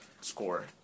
score